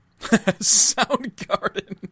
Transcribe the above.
Soundgarden